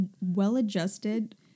well-adjusted